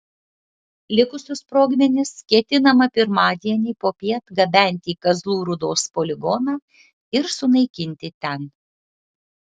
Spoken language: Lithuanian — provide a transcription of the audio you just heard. likusius sprogmenis ketinama pirmadienį popiet gabenti į kazlų rūdos poligoną ir sunaikinti ten